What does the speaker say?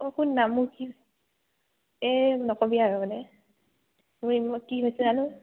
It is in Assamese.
অঁ শুন না মোৰ কি হৈছে এই নক'বি আৰু মানে মোৰ এই কি হৈছে জানো